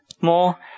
more